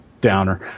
downer